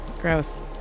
Gross